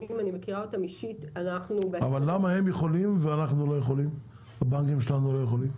אני מכירה אותם אישית --- אבל למה הם יכולים והבנקים שלנו לא יכולים?